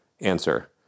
Answer